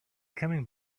coming